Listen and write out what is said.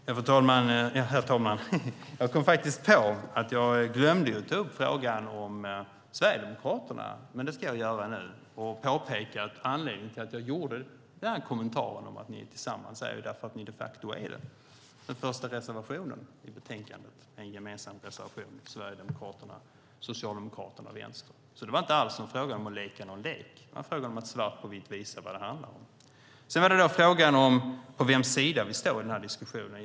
Herr talman! Jag kom faktiskt på att jag glömde ta upp frågan om Sverigedemokraterna. Men det ska jag göra nu och påpeka att anledningen till att jag gjorde kommentaren om att ni är tillsammans är därför att ni de facto är det. Den första reservationen i betänkandet är en gemensam reservation för Sverigedemokraterna, Socialdemokraterna och Vänsterpartiet. Det var inte alls fråga om att leka någon lek, utan det var en fråga om att svart på vitt visa vad det handlar om. Sedan var det frågan om på vems sida vi står i den här diskussionen.